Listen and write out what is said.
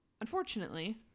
Unfortunately